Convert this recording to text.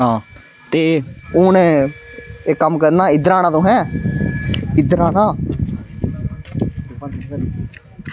हां ते हून इक कम्म करना इद्धर आना तुसैं इद्धर आना